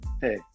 hey